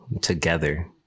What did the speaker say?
together